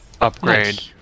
upgrade